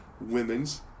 women's